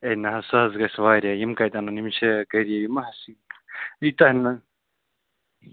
A نہٕ حظ سُہ حظ گژھِ واریاہ یِم کَتہِ اَنَن یِم چھِ غریٖب یِم حظ ییٖتیٛاہ نہٕ